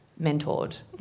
mentored